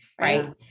right